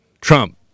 Trump